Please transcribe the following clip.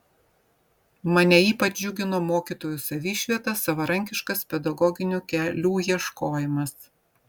mane ypač džiugino mokytojų savišvieta savarankiškas pedagoginių kelių ieškojimas